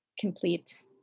complete